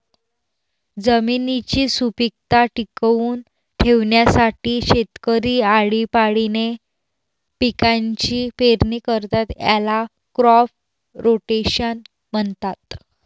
जमिनीची सुपीकता टिकवून ठेवण्यासाठी शेतकरी आळीपाळीने पिकांची पेरणी करतात, याला क्रॉप रोटेशन म्हणतात